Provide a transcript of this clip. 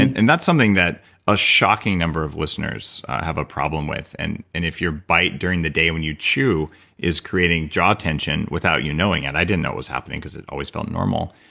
and and that's something that a shocking number of listeners have a problem with, and and if your bite during the day when you chew is creating jaw tension without you knowing, and i didn't know it was happening because it always felt normal,